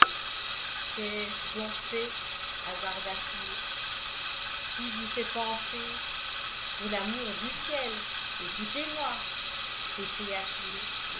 qu'ai-je donc fait hasarda t il qui vous fait penser pour l'amour du ciel écoutez-moi